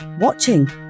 watching